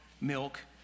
milk